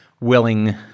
willing